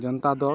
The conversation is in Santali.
ᱡᱚᱱᱛᱟ ᱫᱚᱞ